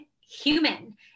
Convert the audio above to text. human